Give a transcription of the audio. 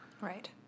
right